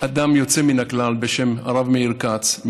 אדם יוצא מן הכלל בשם הרב מאיר כץ,